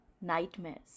nightmares